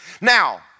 Now